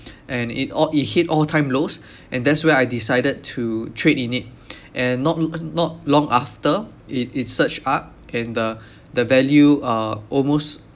and it all it hit all time lows and that's where I decided to trade in it and not and not long after it it surged up and the the value uh almost